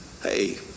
Hey